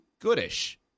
goodish